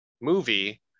movie